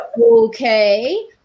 Okay